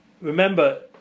remember